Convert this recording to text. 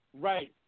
Right